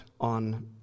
on